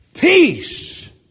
Peace